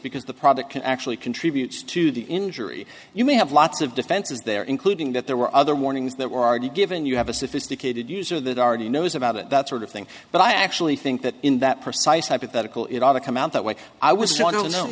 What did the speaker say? because the product can actually contribute to the injury you may have lots of defenses there including that there were other warnings that were already given you have a sophisticated user that already knows about it that sort of thing but i actually think that in that precise hypothetical it ought to come out that way i was